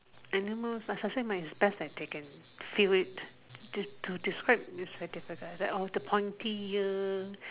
animals ah I suggest mine is best that they can feel it to describe is like a like that lor the pointy ear